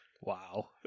Wow